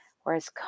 whereas